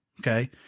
Okay